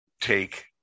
take